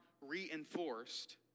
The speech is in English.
reinforced